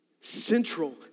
central